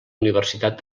universitat